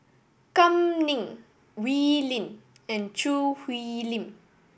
Kam Ning Wee Lin and Choo Hwee Lim